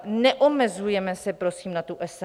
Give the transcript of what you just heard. Neomezujeme se prosím na tu SMS.